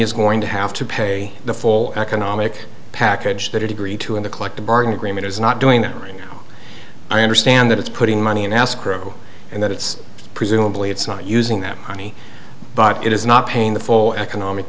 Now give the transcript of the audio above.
is going to have to pay the full economic package that it agreed to in the collective bargain agreement is not doing that right now i understand that it's putting money in escrow and that it's presumably it's not using that money but it is not paying the full economic